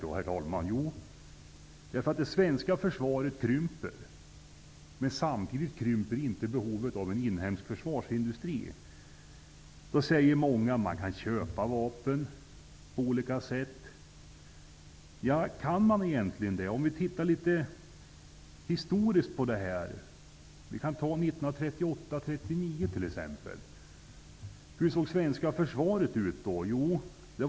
Jo, därför att det svenska försvaret krymper. Men samtidigt krymper inte behovet av en inhemsk försvarsindustri. Många säger då att man kan köpa vapen på olika sätt. Men kan man egentligen göra det? Vi kan göra en liten historisk återblick och studera t.ex. perioden 1938--1939 för att se hur det svenska försvaret då såg ut.